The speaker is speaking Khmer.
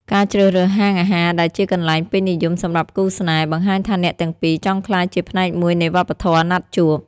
ការជ្រើសរើសហាងអាហារដែលជាកន្លែងពេញនិយមសម្រាប់គូស្នេហ៍ បង្ហាញថាអ្នកទាំងពីរចង់ក្លាយជាផ្នែកមួយនៃវប្បធម៌ណាត់ជួប។